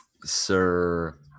sir